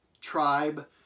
tribe